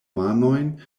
manojn